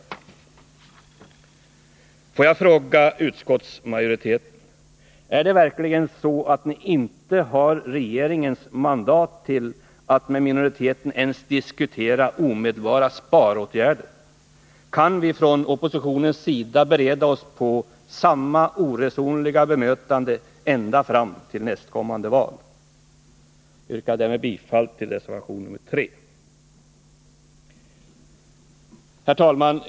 2 11 december 1980 Får jag fråga utskottsmajoriteten: Är det verkligen så att ni inte har regeringens mandat till att med minoriteten ens diskutera omedelbara sparåtgärder? Kan vi från oppositionens sida bereda oss på samma oresonliga bemötande ända fram till nästkommande val? Jag yrkar bifall även till reservation nr 3. Herr talman!